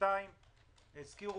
דבר אחד.